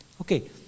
Okay